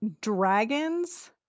dragons